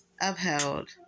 upheld